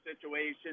situation